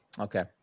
Okay